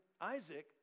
Isaac